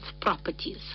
properties